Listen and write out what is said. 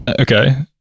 okay